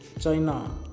China